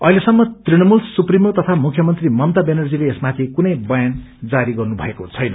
अहितेसम्म Trinamool supremo तती मुख्यमंत्री मता व्यानर्जीते यसमाथि कुनै बयान जारी गर्नुभएको छैन